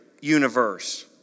universe